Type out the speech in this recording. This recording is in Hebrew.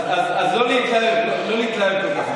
אז לא להתלהב כל כך מזה.